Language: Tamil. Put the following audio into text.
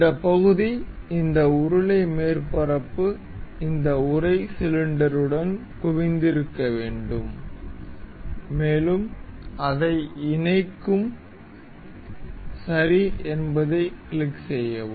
இந்த பகுதி இந்த உருளை மேற்பரப்பு இந்த உறை சிலிண்டருடன் குவிந்திருக்க வேண்டும் மேலும் அதை இணைக்கும் சரி என்பதைக் கிளிக் செய்யவும்